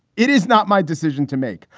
it is not my decision to make.